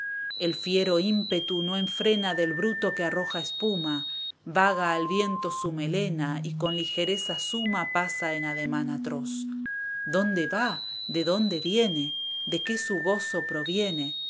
el fiero ímpetu no enfrena del ibruto que arroja espuma vaga al viento su melena y con ligereza suma pasa en ademán atroz dónde va de dónde viene de qué su gozo proviene